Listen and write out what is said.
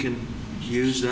can use